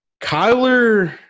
Kyler